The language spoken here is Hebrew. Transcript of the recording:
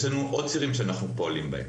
יש לנו עוד צירים שאנחנו פועלים בהם.